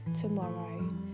tomorrow